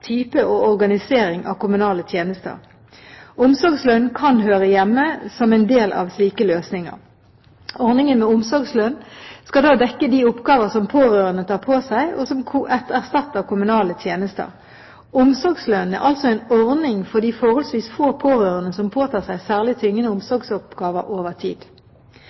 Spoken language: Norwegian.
type og organisering av kommunale tjenester. Omsorgslønn kan høre hjemme som en del av slike løsninger. Ordningen med omsorgslønn skal da dekke de oppgaver som pårørende tar på seg, og som erstatter kommunale tjenester. Omsorgslønn er altså en ordning for de forholdsvis få pårørende som påtar seg «særlig tyngende omsorgsoppgaver» over tid.